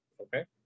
Okay